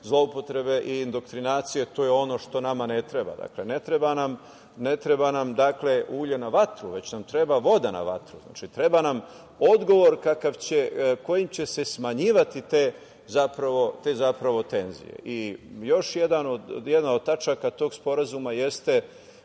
i indoktrinacije. To je ono što nama ne treba. Dakle, ne treba nam ulje na vatru, već nam treba voda na vatru. Znači, treba nam odgovor kojim će se zapravo smanjivati te tenzije. Još jedna od tačaka tog sporazuma jeste